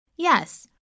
Yes